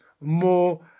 more